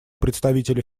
представителя